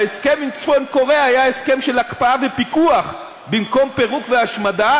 ההסכם עם צפון-קוריאה היה הסכם של הקפאה ופיקוח במקום פירוק והשמדה,